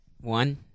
One